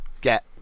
get